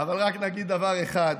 אבל רק נגיד דבר אחד.